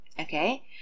okay